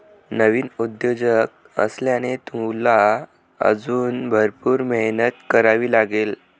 नवीन उद्योजक असल्याने, तुला अजून भरपूर मेहनत करावी लागेल